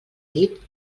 dit